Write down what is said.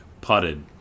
putted